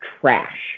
trash